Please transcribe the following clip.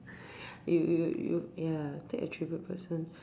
you you you ya take an attribute of a person